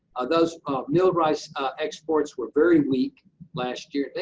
ah those milled rice exports were very weak last year,